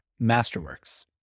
Masterworks